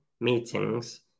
meetings